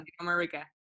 America